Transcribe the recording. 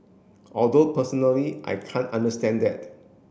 although personally I can't understand that